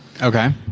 Okay